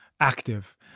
active